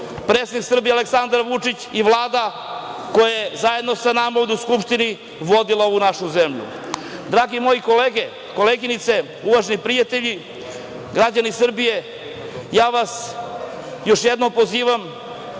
predsednik Srbije Aleksandar Vučić i Vlada, koje zajedno sa nama ovde u Skupštini vodila ovu našu zemlju. Drage moje kolege i koleginice, uvaženi prijatelji, građani Srbije, ja vas još jednom pozivam